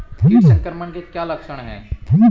कीट संक्रमण के क्या क्या लक्षण हैं?